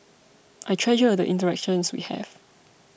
I treasure the interactions we have